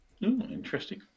interesting